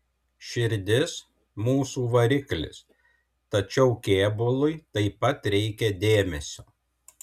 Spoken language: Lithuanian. širdis mūsų variklis tačiau kėbului taip pat reikia dėmesio